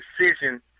decision